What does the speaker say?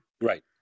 Right